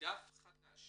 דף חדש